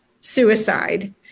suicide